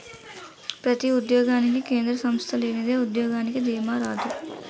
ప్రతి ఉద్యోగానికి కేంద్ర సంస్థ లేనిదే ఉద్యోగానికి దీమా రాదు